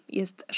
jest